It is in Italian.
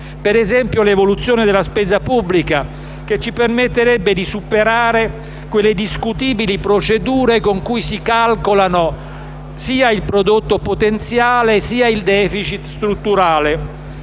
ad esempio, all'evoluzione della spesa pubblica che ci permetterebbe di superare quelle discutibili procedure con cui si calcolano sia il prodotto potenziale, sia il *deficit* strutturale.